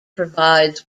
provides